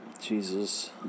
Jesus